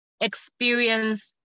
experience